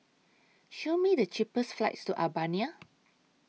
Show Me The cheapest flights to Albania